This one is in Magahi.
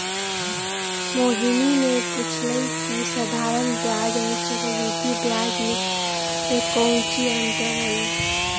मोहिनी ने पूछल कई की साधारण ब्याज एवं चक्रवृद्धि ब्याज में काऊची अंतर हई?